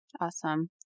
Awesome